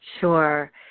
Sure